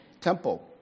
temple